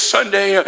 Sunday